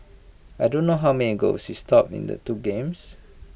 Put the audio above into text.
I don't know how many goals he stopped in the two games